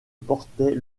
portait